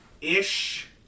ish